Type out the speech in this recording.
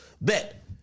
bet